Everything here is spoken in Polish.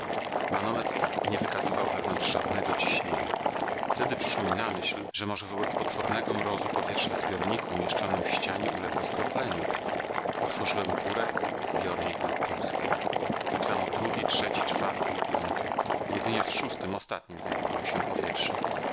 gorąco manometr nie wykazywał wewnątrz żadnego ciśnienia wtedy przyszło mi na myśl że może wobec potwornego mrozu powietrze w zbiorniku umieszczonym w ścianie uległo skropleniu otworzyłem kurek zbiornik był pusty tak samo drugi trzeci czwarty i piąty jedynie w szóstym ostatnim znajdowało się powietrze